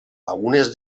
algunes